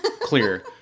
clear